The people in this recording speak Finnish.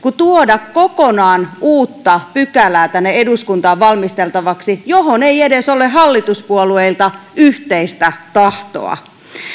kuin tuoda kokonaan uutta pykälää tänne eduskuntaan valmisteltavaksi johon ei edes ole hallituspuolueilta yhteistä tahtoa